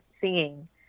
singing